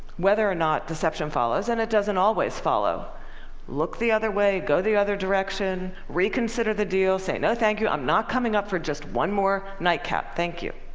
whether or not deception follows and it doesn't always follow look the other way, go the other direction, reconsider the deal, say, no thank you. i'm not coming up for just one more nightcap. thank you.